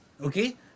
Okay